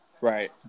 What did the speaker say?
right